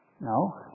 No